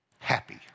happy